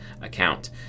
account